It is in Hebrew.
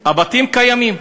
הבתים קיימים.